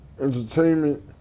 entertainment